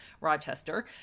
Rochester